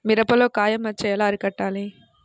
మిరపలో కాయ మచ్చ ఎలా అరికట్టాలి?